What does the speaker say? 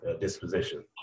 Disposition